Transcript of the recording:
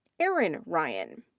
erin ryan.